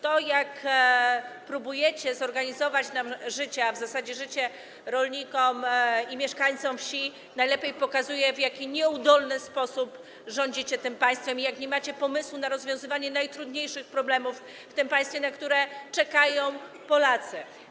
To, jak próbujecie zorganizować nam życie, a w zasadzie życie rolnikom i mieszkańcom wsi, najlepiej pokazuje, w jaki nieudolny sposób rządzicie tym państwem, pokazuje, że nie macie pomysłu na rozwiązanie najtrudniejszych problemów w tym państwie, na co czekają Polacy.